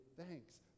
thanks